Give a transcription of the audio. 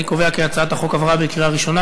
אני קובע כי הצעת החוק עברה בקריאה ראשונה,